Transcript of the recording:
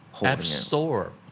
Absorb